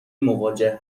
مواجه